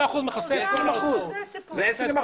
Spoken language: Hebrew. המדינה לא יכולה לקבל את הסמכות ולהטיל אחר